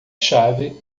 chave